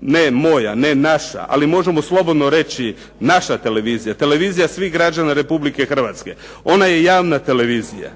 ne moja, ne naša, ali možemo slobodno reći naša televizija, televizija svih građana Republike Hrvatske, ona je javna televizija.